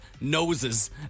noses